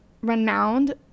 renowned